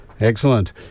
Excellent